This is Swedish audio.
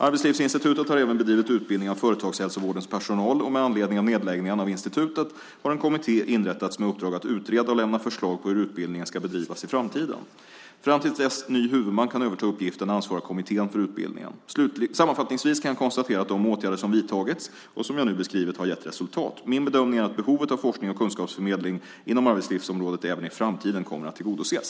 Arbetslivsinstitutet har även bedrivit utbildning av företagshälsovårdens personal, och med anledning av nedläggningen av institutet har en kommitté inrättats med uppdrag att utreda och lämna förslag på hur utbildningen ska bedrivas i framtiden. Fram till dess ny huvudman kan överta uppgiften ansvarar kommittén för utbildningen. Sammanfattningsvis kan jag konstatera att de åtgärder som vidtagits och som jag nu beskrivit har gett resultat. Min bedömning är att behovet av forskning och kunskapsförmedling inom arbetslivsområdet även i framtiden kommer att tillgodoses.